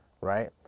Right